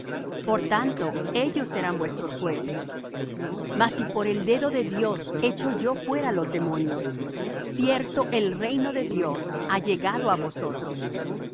por tanto ellos serán vuestros jueces mas si por el dedo de dios echo yo fuera los demonios cierto el reino de dios ha llegado á vosotros